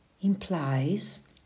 implies